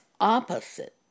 opposite